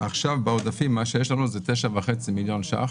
עכשיו בעודפים מה שיש לנו זה 9.5 מיליון שקלים